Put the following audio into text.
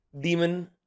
demon